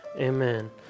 amen